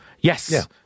Yes